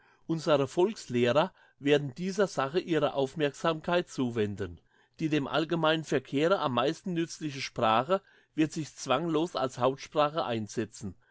unsere volkslehrer werden dieser sache ihre aufmerksamkeit zuwenden die dem allgemeinen verkehre am meisten nützende sprache wird sich zwanglos als hauptsprache einsetzen